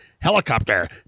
helicopter